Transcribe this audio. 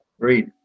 Great